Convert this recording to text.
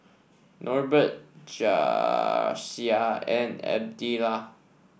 Norbert Jasiah and Adella